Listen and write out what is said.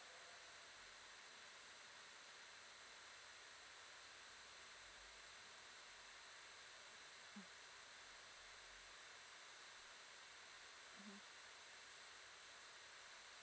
mm mmhmm